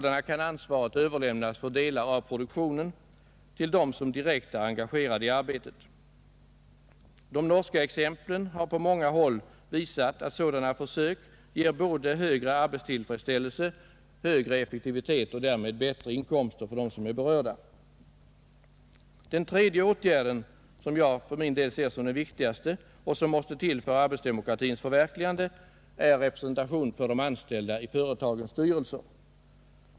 Ansvaret för delar av produktionen överlämnas till dem som direkt är engagerade i arbetet. De norska exemplen har på många håll visat att sådana försök ger både högre arbetstillfredsställelse, högre effektivitet och därmed bättre inkomster för de berörda. Den tredje åtgärden — som jag för min del anser vara den viktigaste — som måste till för arbetsdemokratins förverkligande är representation för de anställda i företagens styrelser.